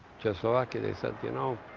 just luck, they said, you know,